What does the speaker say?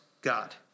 God